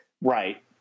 Right